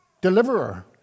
deliverer